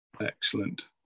excellent